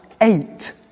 eight